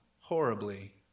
horribly